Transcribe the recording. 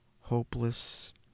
hopeless